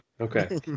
Okay